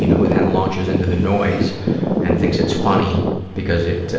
you know who then launches into the noise and thinks it's funny because it,